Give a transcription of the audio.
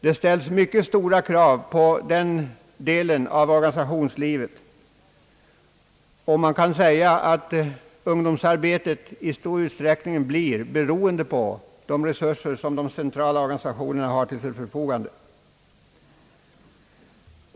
Det ställs mycket stora krav på den delen av organisationslivet och man kan säga, att ungdomsarbetet i stor utsträckning blir beroende på de resurser som den centrala organisationen har till sitt förfogande.